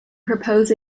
propose